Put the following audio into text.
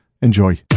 Enjoy